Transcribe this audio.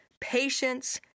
patience